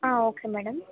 ಹಾಂ okay madam